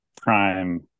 prime